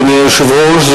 אדוני היושב-ראש,